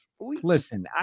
Listen